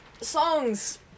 songs